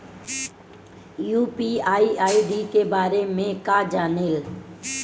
UPI ID के बारे में का जाने ल?